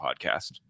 podcast